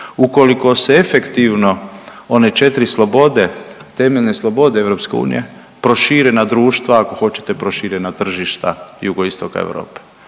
ukoliko se efektivno one 4 slobode, temeljne slobode EU prošire na društva, ako hoćete, prošire na tržišta jugoistoka Europe.